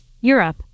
europe